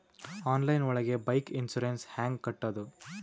Online ಒಳಗೆ bike insurance ಹ್ಯಾಂಗ್ ಕಟ್ಟುದು?